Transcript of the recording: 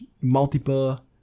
multiple